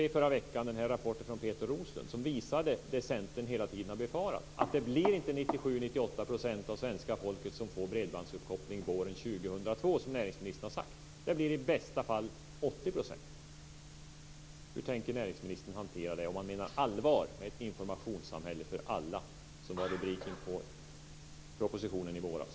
I förra veckan kom rapporten från Peter Roslund som visade det Centern hela tiden har befarat, att det blir inte 97-98 % av svenska folket som får bredbandsuppkoppling våren 2002, som näringsministern har sagt. Det blir i bästa fall 80 %. Hur tänker näringsministern hantera det, om han menar allvar med ett informationssamhälle för alla, som var rubriken på propositionen i våras?